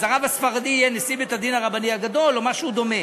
אז הרב הספרדי יהיה נשיא בית-הדין הרבני הגדול או משהו דומה.